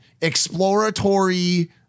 exploratory